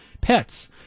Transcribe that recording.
pets